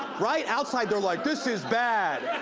right? outside they're like, this is bad.